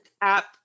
app